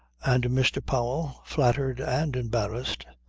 and mr. powell, flattered and embarrassed,